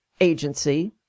Agency